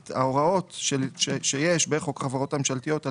את ההוראות שיש בחוק החברות הממשלתיות על